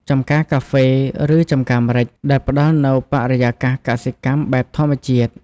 ចំការកាហ្វេ ឬចម្ការម្រេច ដែលផ្តល់នូវបរិយាកាសកសិកម្មបែបធម្មជាតិ។